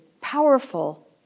powerful